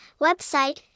Website